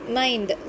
mind